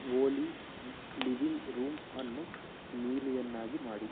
ಓಲಿ living room ಅನ್ನು ನೀಲಿಯನ್ನಾಗಿ ಮಾಡಿ